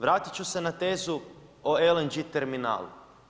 Vratit ću se na tezu o LNG terminalu.